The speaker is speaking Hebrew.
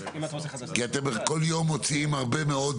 כי אתם כל יום מוציאים הרבה מאוד